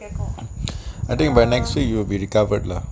I think by next week you will be recovered lah